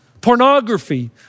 pornography